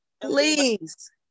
please